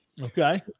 Okay